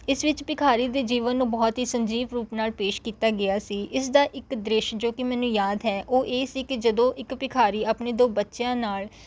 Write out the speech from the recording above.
ਇਸ ਵਿੱਚ ਭਿਖਾਰੀ ਦੇ ਜੀਵਨ ਨੂੰ ਬਹੁਤ ਹੀ ਸਜੀਵ ਰੂਪ ਨਾਲ ਪੇਸ਼ ਕੀਤਾ ਗਿਆ ਸੀ ਇਸਦਾ ਇੱਕ ਦ੍ਰਿਸ਼ ਜੋ ਕਿ ਮੈਨੂੰ ਯਾਦ ਹੈ ਉਹ ਇਹ ਸੀ ਕਿ ਜਦੋਂ ਇੱਕ ਭਿਖਾਰੀ ਆਪਣੇ ਦੋ ਬੱਚਿਆਂ ਨਾਲ